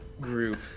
group